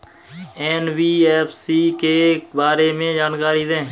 NBFC के बारे में जानकारी दें?